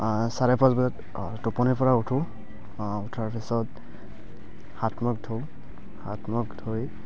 চাৰে পাঁচ বজাত টোপনিৰ পৰা উঠো উঠাৰ পিছত হাত মুখ ধোঁ হাত মুখ ধুই